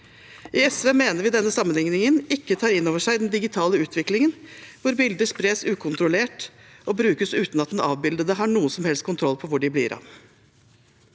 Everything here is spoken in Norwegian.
I SV mener vi denne sammenligningen ikke tar inn over seg den digitale utviklingen, hvor bilder spres ukontrollert og brukes uten at den avbildede har noen som helst kontroll på hvor de blir av.